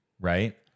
Right